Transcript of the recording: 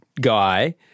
guy